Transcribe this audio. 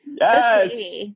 Yes